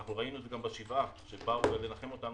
אנחנו ראינו גם בשבעה כשבאו לנחם אותנו